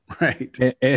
Right